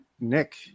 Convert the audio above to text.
Nick